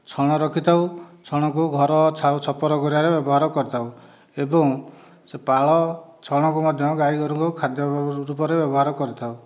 ଛଣ ରଖିଥାଉ ଛଣ କୁ ଘର ଛାଉ ଛପର କରିବାରେ ବ୍ୟବହାର କରିଥାଉ ଏବଂ ସେ ପାଳ ଛଣକୁ ମଧ୍ୟ ଗାଈଗୋରୁଙ୍କ ଖାଦ୍ୟ ରୂପରେ ବ୍ୟବହାର କରି ଥାଉ